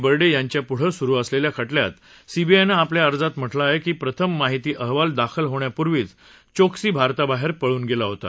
बर्डे यांच्यापुढं सुरु असलेल्या खटल्यात सीबीआयनं आपल्या अर्जात म्हटलं आहे कि प्रथम माहिती अहवाल दाखल होण्यापूर्वीच चोक्सी भारताबाहेर पळून गेला होता